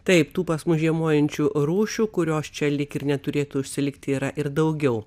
taip tų pas mus žiemojančių rūšių kurios čia lyg ir neturėtų užsilikti yra ir daugiau